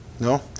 no